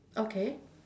okay